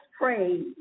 pray